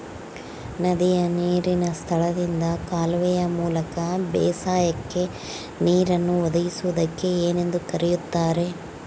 ನದಿಯ ನೇರಿನ ಸ್ಥಳದಿಂದ ಕಾಲುವೆಯ ಮೂಲಕ ಬೇಸಾಯಕ್ಕೆ ನೇರನ್ನು ಒದಗಿಸುವುದಕ್ಕೆ ಏನೆಂದು ಕರೆಯುತ್ತಾರೆ?